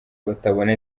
batabona